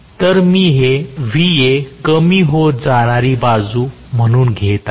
तर मी हे Va कमी होत जाणारी बाजू म्हणून घेत आहे